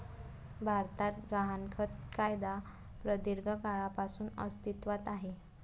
भारतात गहाणखत कायदा प्रदीर्घ काळापासून अस्तित्वात आहे